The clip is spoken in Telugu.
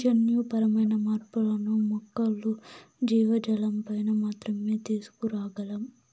జన్యుపరమైన మార్పులను మొక్కలు, జీవజాలంపైన మాత్రమే తీసుకురాగలం